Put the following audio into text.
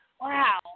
Wow